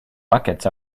buckets